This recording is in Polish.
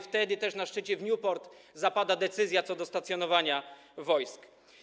Wtedy też na szczycie w Newport zapada decyzja o stacjonowaniu wojsk.